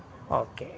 okay